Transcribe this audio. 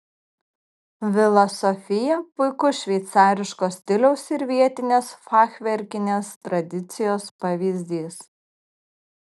vila sofija puikus šveicariško stiliaus ir vietinės fachverkinės tradicijos pavyzdys